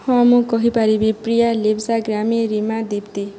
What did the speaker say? ହଁ ମୁଁ କହିପାରିବି ପ୍ରିୟା ଲିପ୍ସା ଗ୍ରାମୀ ରିମା ଦୀପ୍ତୀ